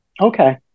Okay